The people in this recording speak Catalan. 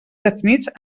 definits